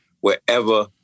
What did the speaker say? wherever